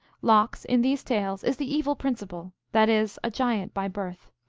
lox, in these tales, is the evil principle, that is, a giant by birth.